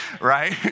right